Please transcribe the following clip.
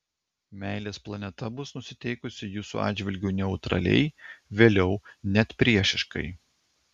meilės planeta bus nusiteikusi jūsų atžvilgiu neutraliai vėliau net priešiškai